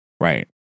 Right